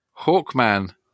hawkman